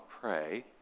pray